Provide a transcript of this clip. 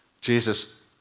Jesus